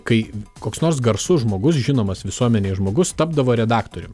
kai koks nors garsus žmogus žinomas visuomenėj žmogus tapdavo redaktorium